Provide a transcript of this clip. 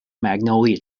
magnolia